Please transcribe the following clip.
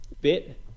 bit